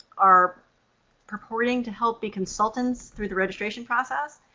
are purporting to help be consultants through the registration process,